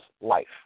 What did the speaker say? life